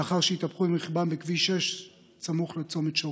לאחר שהתהפכו עם רכבם בכביש 6 סמוך לצומת שוקת.